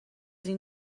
این